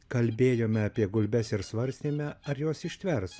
kalbėjome apie gulbes ir svarstėme ar jos ištvers